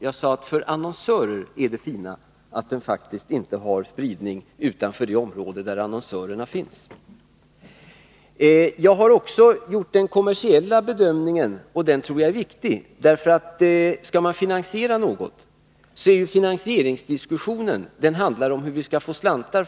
Jag sade att det för annonsörer faktiskt är bra att tidningen inte har spridning utanför det område där annonsörerna finns. Jag har också gjort en kommersiell bedömning. En sådan bedömning tror jagär viktig, för skall man finansiera någonting gäller det ju att få pengar.